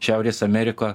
šiaurės amerika